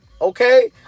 Okay